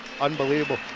Unbelievable